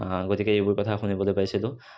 গতিকে এইবোৰ কথা শুনিবলৈ পাইছিলোঁ